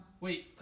Wait